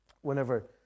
whenever